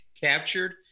captured